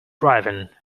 driving